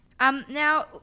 Now